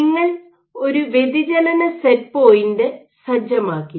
നിങ്ങൾ ഒരു വ്യതിചലന സെറ്റ് പോയിന്റ് സജ്ജമാക്കി